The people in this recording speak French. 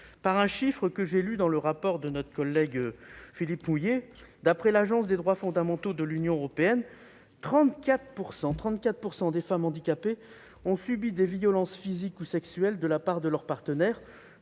par un chiffre que j'ai lu dans le rapport de notre collègue Philippe Mouiller : d'après l'Agence des droits fondamentaux de l'Union européenne, 34 % des femmes handicapées ont subi des violences physiques ou sexuelles de la part de leur partenaire,